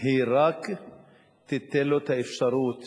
רק ייתן לו את האפשרות